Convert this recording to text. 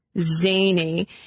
zany